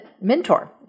mentor